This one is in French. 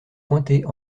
pointer